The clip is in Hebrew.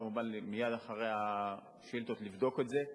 כמובן, מייד אחרי השאילתות לבדוק את זה.